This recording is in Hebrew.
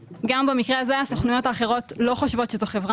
במקרה הזה הסוכנויות האחרות לא חושבות שזו חברה